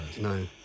No